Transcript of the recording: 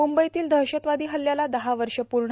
मुंबईतील दहशतवादी हल्याला दहा वर्ष पूर्ण